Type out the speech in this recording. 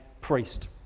priest